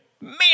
Man